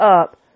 up